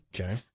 Okay